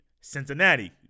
Cincinnati